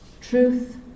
truth